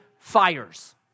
Fires